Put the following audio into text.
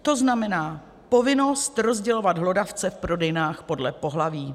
To znamená povinnost rozdělovat hlodavce v prodejnách podle pohlaví.